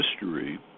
history